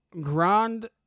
Grand